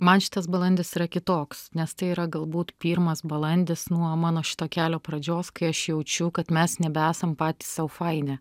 man šitas balandis yra kitoks nes tai yra galbūt pirmas balandis nuo mano šito kelio pradžios kai aš jaučiu kad mes nebesam patys sau faini